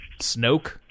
Snoke